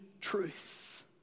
truth